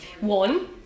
one